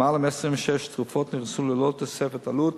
למעלה מ-26 תרופות נכנסו ללא תוספת עלות,